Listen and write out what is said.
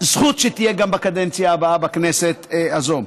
זכות שהיא תהיה גם בקדנציה הבאה בכנסת הזאת.